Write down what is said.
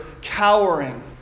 cowering